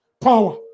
Power